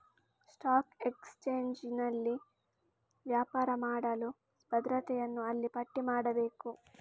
stock ಎಕ್ಸ್ಚೇಂಜಿನಲ್ಲಿ ವ್ಯಾಪಾರ ಮಾಡಲು ಭದ್ರತೆಯನ್ನು ಅಲ್ಲಿ ಪಟ್ಟಿ ಮಾಡಬೇಕು